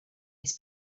his